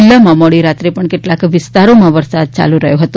જિલ્લામાં મોડી રાત્રે પણ કેટલાક વિસ્તારોમાં વરસાદ ચાલ્ રહ્યો હતો